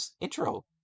intro